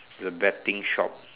the betting shop